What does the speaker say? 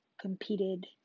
competed